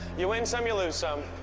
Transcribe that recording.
you win some, you lose some.